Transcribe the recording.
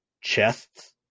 chests